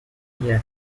yet